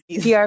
PR